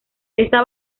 esta